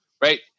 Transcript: right